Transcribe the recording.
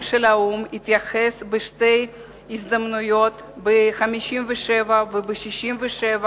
התייחס בשתי הזדמנויות ב-1957 וב-1967,